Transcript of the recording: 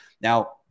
Now